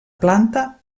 planta